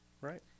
Right